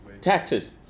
Taxes